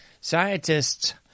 Scientists